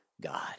God